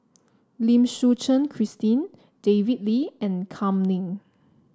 Lim Suchen Christine David Lee and Kam Ning